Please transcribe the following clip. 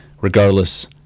regardless